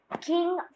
King